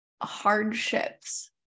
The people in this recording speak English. hardships